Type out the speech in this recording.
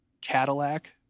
Cadillac